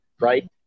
right